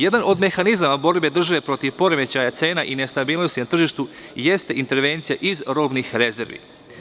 Jedan od mehanizama borbe države protiv poremećaja cena i nestabilnosti na tržištu jeste intervencija iz robnih rezervi.